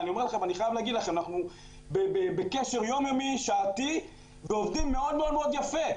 אני חייב לומר לכם שאנחנו בקשר יום יומי ושעתי ועובדים מאוד מאוד יפה.